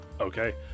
Okay